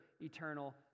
eternal